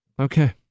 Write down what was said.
Okay